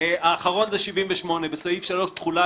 האחרון זה 78: בסעיף 3 (תחולה),